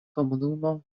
komunumo